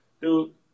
Dude